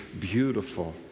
beautiful